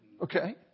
Okay